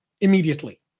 immediately